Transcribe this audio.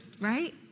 right